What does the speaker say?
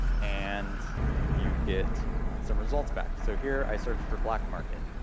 and you get some results back. so here i searched for black market.